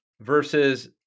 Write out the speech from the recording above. versus